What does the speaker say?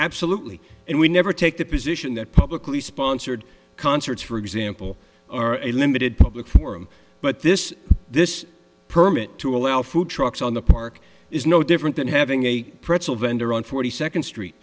absolutely and we never take the position that publicly sponsored concerts for example or a limited public forum but this this permit to allow food trucks on the park is no different than having a pretzel vendor on forty second street